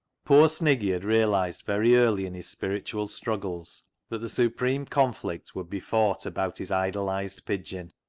poor sniggy had realised very early in his spiritual struggles that the supreme conflict would be fought about his idolised pigeon.